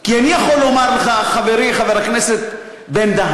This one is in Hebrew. אני יכול לומר לך, חברי חבר הכנסת בן-דהן,